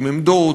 עם עמדות,